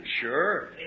Sure